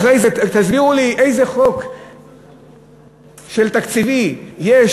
אחרי זה תסבירו לי איזה חוק תקציבי יש